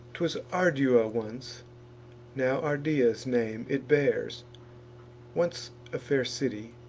t was ardua once now ardea's name it bears once a fair city,